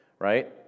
right